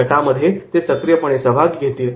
गटामध्ये येते सक्रियपणे सहभाग घेतील